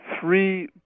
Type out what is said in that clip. three